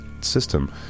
system